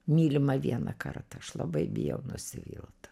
mylima vienąkart aš labai bijau nusivilt